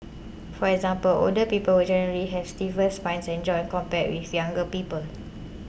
for example older people would generally has stiffer spines and joints compared with younger people